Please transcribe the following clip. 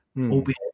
albeit